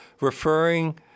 referring